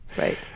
right